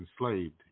enslaved